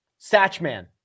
Satchman